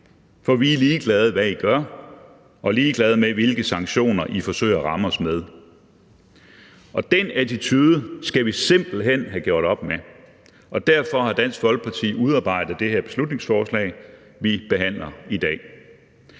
for vi er ligeglade med, hvad I gør, og ligeglade med, hvilke sanktioner I forsøger at ramme os med. Den attitude skal vi simpelt hen have gjort op med, og derfor har Dansk Folkeparti udarbejdet det her beslutningsforslag, vi behandler i dag.